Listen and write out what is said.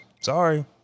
Sorry